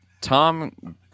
Tom